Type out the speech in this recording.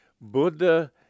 Buddha